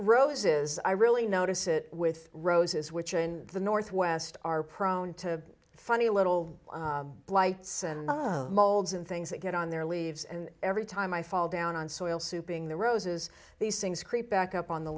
roses i really notice it with roses which in the northwest are prone to funny little blights and molds and things that get on their leaves and every time i fall down on soil souping the roses these things creep back up on the